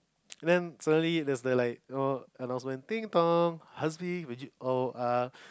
then suddenly there's the like announcement ding dong Hazim would you oh uh